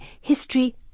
history